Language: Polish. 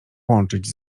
łączyć